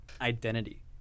identity